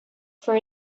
for